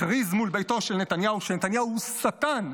הכריז מול ביתו של נתניהו שנתניהו הוא שטן,